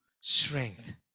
strength